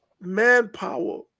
manpower